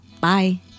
Bye